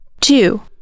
Two